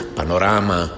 panorama